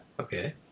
Okay